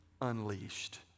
unleashed